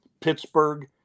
Pittsburgh